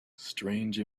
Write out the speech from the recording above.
strange